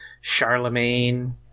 Charlemagne